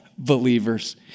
believers